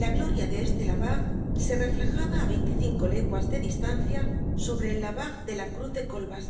la gloria de este labarre se reflejaba á veinticinco leguas de distancia sobre el labarre de la cruz de coibas